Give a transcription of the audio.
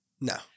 No